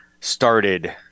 started